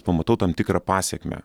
pamatau tam tikrą pasekmę